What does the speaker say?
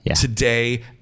today